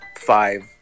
five